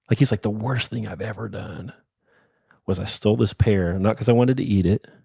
like he's like, the worst thing i've ever done was i stole this pear not because i wanted to eat it,